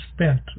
spent